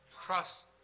Trust